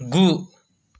गु